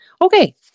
Okay